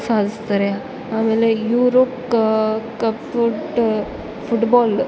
ಸಾಧಿಸ್ತಾರೆ ಆಮೇಲೆ ಯುರೋಪ್ ಕಪೋಟ್ ಫುಟ್ಬಾಲ್